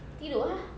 tidur ah